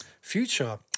Future